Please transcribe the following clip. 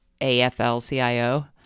AFL-CIO